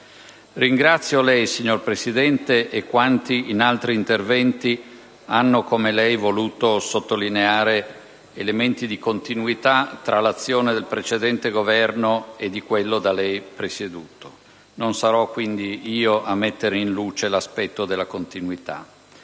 Ringrazio lei, signor Presidente, e quanti in altri interventi hanno, come lei, voluto sottolineare elementi di continuità tra l'azione del precedente Governo e di quello da lei presieduto. Non sarò quindi io a mettere in luce l'aspetto della continuità,